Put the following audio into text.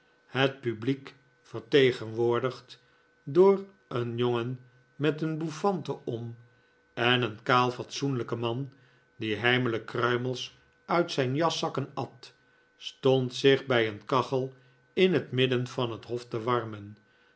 het publiek vertegenwoordigd door een jongen met een bouffante om en een kaal fatsoenlijke man die heimelijk kruimels uit zijn jaszakken at stond zich bij een kachel in het midden van het hof te warmen